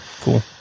Cool